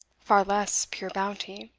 far less pure bounty